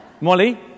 Molly